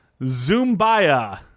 Zumbaya